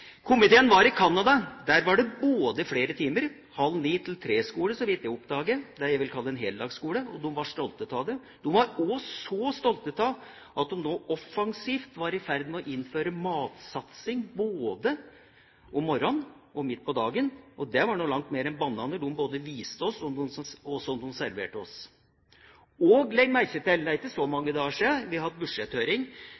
Komiteen var i Canada. Der var det flere timer – halv-ni-til-tre-skole, så vidt jeg oppdaget, det jeg vil kalle en heldagsskole – og de var stolte av det. De var så stolte av at de satset offensivt på å innføre matservering både om morgenen og midt på dagen. Det var noe langt mer enn bananer de både viste oss og serverte oss. Legg merke til: Det er ikke så